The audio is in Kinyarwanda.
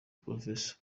prof